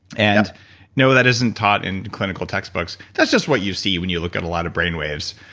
and no that isn't taught in clinical text books. that's just what you see when you look at a lot of brain waves.